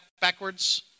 backwards